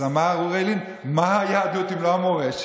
אז אמר אוריאל לין: מהי היהדות אם לא המורשת?